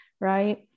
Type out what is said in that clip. Right